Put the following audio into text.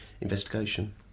investigation